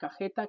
cajeta